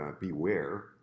beware